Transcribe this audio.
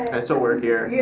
i still work here. yeah